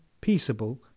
peaceable